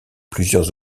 plusieurs